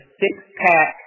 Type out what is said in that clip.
six-pack